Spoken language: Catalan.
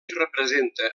representa